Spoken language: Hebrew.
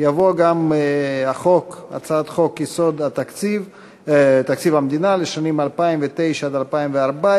תבוא גם הצעת חוק-יסוד: תקציב המדינה לשנים 2009 עד